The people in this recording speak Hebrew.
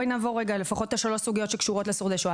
בואי נעבור לפחות על שלוש הסוגיות שקשורות לשורדי השואה.